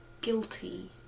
Guilty